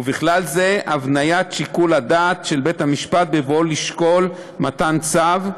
ובכללם הבניית שיקול הדעת של בית-המשפט בבואו לשקול מתן צו,